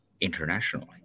internationally